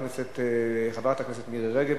חבר הכנסת איתן כבל,